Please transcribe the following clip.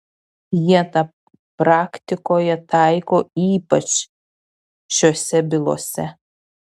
jie tą praktikoje taiko ypač šiose bylose